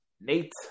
Nate